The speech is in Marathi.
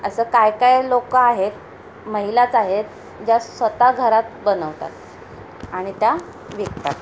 असं काय काय लोकं आहेत महिलाच आहेत ज्या स्वतः घरात बनवतात आणि त्या विकतात